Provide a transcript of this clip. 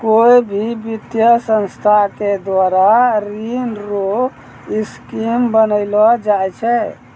कोय भी वित्तीय संस्था के द्वारा ऋण रो स्कीम बनैलो जाय छै